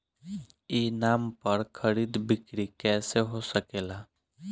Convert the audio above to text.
ई नाम पर खरीद बिक्री कैसे हो सकेला?